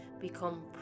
become